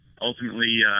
ultimately